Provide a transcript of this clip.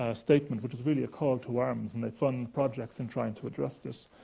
ah statement, which is really a call to arms, and they fund projects in trying to address this.